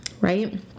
right